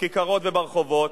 בכיכרות וברחובות.